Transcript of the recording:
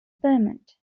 payment